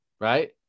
Right